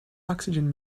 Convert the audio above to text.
oxygen